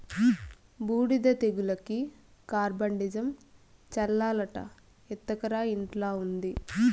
బూడిద తెగులుకి కార్బండిజమ్ చల్లాలట ఎత్తకరా ఇంట్ల ఉండాది